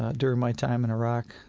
ah during my time in iraq,